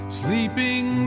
sleeping